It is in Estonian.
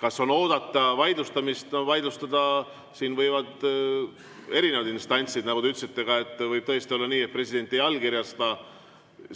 Kas on oodata vaidlustamist? No vaidlustada võivad erinevad instantsid. Nagu te ütlesite, võib tõesti olla nii, et president ei allkirjasta.